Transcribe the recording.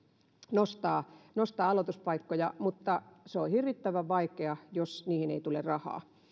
nostaa aloituspaikkoja mutta se on hirvittävän vaikeaa jos siihen ei tule rahaa